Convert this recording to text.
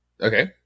Okay